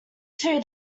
two